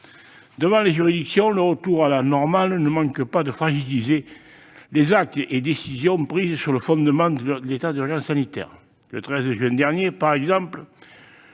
Devant les juridictions, le retour à la normale ne manque pas de fragiliser les actes et les décisions pris sur le fondement de l'état d'urgence sanitaire. Le 13 juin dernier, par exemple,